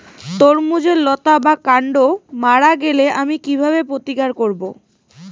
তরমুজের লতা বা কান্ড মারা গেলে আমি কীভাবে প্রতিকার করব?